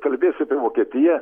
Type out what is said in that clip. kalbėsiu apie vokietiją